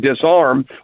disarm